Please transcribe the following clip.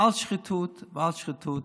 על שחיתות ועל שחיתות,